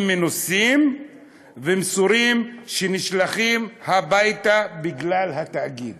מנוסים ומסורים שנשלחים הביתה בגלל התאגיד.